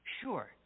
Sure